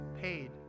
paid